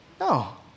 No